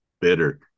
bitter